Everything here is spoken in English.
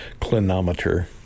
Clinometer